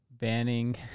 Banning